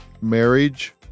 marriage